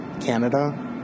Canada